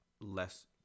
less